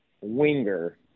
winger